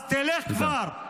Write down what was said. אז תלך כבר.